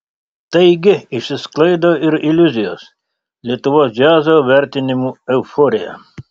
taigi išsisklaido ir iliuzijos lietuvos džiazo vertinimų euforija